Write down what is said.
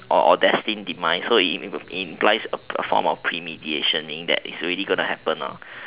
or destine demise so it it implies a form of premeditation that it's already going to happen lor